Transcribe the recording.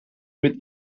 mit